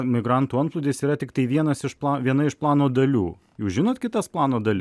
migrantų migrantų antplūdis yra tiktai vienas iš po viena iš plano dalių jūs žinot kitas plano dalis